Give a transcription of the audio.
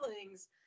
feelings